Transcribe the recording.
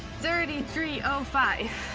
thirty three um five.